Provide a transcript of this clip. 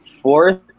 fourth